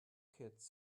kids